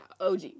OG